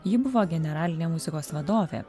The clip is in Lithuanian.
ji buvo generalinė muzikos vadovė